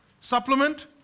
Supplement